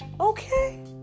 Okay